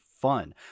fun